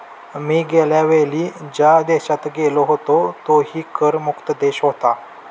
मी गेल्या वेळी ज्या देशात गेलो होतो तोही कर मुक्त देश होता